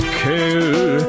care